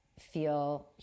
feel